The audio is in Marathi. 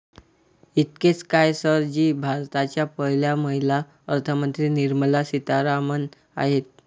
इतकेच काय, सर जी भारताच्या पहिल्या महिला अर्थमंत्री निर्मला सीतारामन आहेत